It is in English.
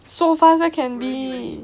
so fast where can be